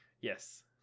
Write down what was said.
Yes